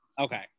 Okay